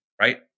right